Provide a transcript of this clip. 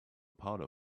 powder